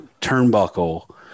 turnbuckle